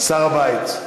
שר הבית,